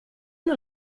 non